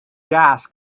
gas